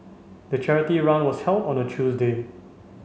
the charity run was held on a Tuesday